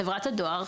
חברת הדואר,